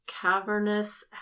cavernous